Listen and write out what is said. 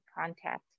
Contact